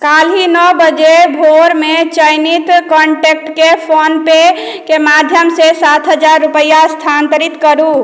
काल्हि नओ बजे भोर मे चयनित कॉन्टैक्टकेँ फोन पेकेँ माध्यमसँ सात हजार स्थानांतरित करू